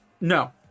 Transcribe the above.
No